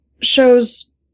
shows